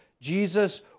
Jesus